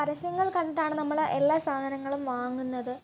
പരസ്യങ്ങൾ കണ്ടിട്ടാണ് നമ്മൾ എല്ലാ സാധനങ്ങളും വാങ്ങുന്നത്